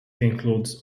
includes